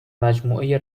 مجموعه